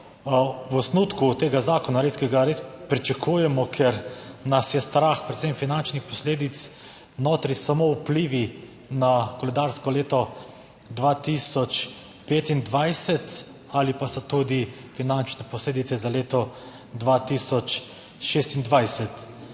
v osnutku tega zakona, ki ga res pričakujemo, ker nas je strah predvsem finančnih posledic, notri samo vplivi na koledarsko leto 2025 ali pa so tudi finančne posledice za leto 2026.